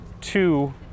two